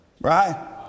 Right